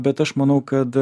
bet aš manau kad